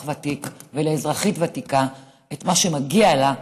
ותיק ואזרחית ותיקה את מה שמגיע להם,